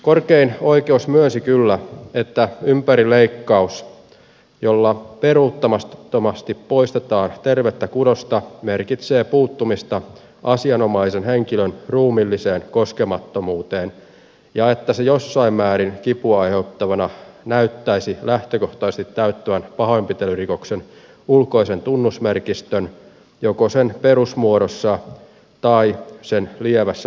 korkein oikeus myönsi kyllä että ympärileikkaus jolla peruuttamattomasti poistetaan tervettä kudosta merkitsee puuttumista asianomaisen henkilön ruumiilliseen koskemattomuuteen ja että se jossain määrin kipua aiheuttavana näyttäisi lähtökohtaisesti täyttävän pahoinpitelyrikoksen ulkoisen tunnusmerkistön joko sen perusmuodossa tai sen lievässä tekomuodossa